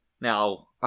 Now